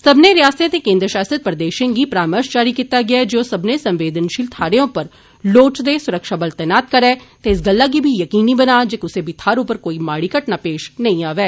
सब्बने रिआसतें ते केन्द्र शासित प्रदेशें गी परामर्श जारी कीता गेआ ऐ जे ओ सब्बने संवेदनशील थाहरें उप्पर लोड़चदे सुरक्षाबल तैनात करै ते इस गल्ला गी बी जकीनी बनान जे कुसै बी थाहर उप्पर कोई माड़ी घटना पेश नेई आवै